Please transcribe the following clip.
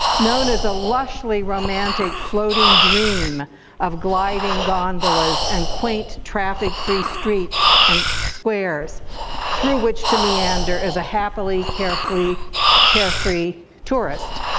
known as a lushly romantic floating dream of gliding gondolas and quaint traffic-free streets and squares through which to meander as a happily carefree carefree tourist.